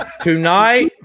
Tonight